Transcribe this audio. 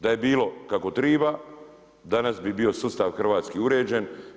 Da je bilo kako treba danas bi bio sustav hrvatski uređen.